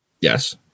Yes